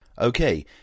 Okay